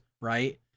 right